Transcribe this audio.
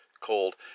Cold